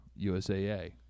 USAA